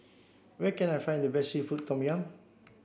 where can I find the best Seafood Tom Yum